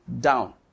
down